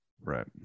Right